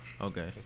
Okay